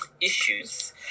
issues